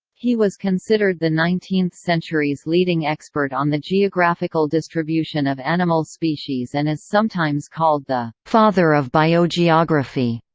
he was considered the nineteenth century's leading expert on the geographical distribution of animal species and is sometimes called the father of biogeography.